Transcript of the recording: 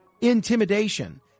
intimidation